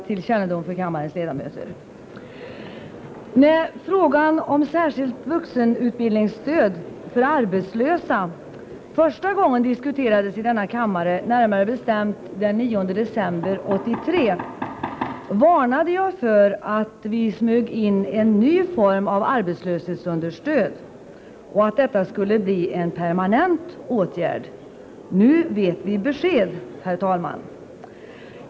När frågan om särskilt vuxenutbildningsstöd för arbetslösa första gången diskuterades i denna kammare, närmare bestämt den 9 december 1983, varnade jag för att vi smög in en ny form av arbetslöshetsunderstöd och att detta skulle bli en permanent åtgärd. Nu vet vi besked, herr talman.